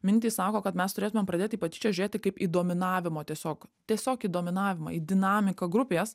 mintys sako kad mes turėtumėm pradėti į patyčias žiūrėti kaip į dominavimo tiesiog tiesiog į dominavimą į dinamiką grupės